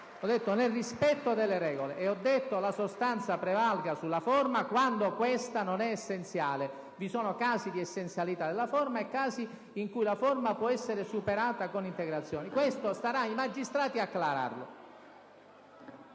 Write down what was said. ho detto: «nel rispetto delle regole» e ho detto anche: «La sostanza prevalga sulla forma quando questa non è essenziale». Vi sono casi di essenzialità della forma e casi in cui la forma può essere superata con integrazioni; questo saranno i magistrati ad acclararlo.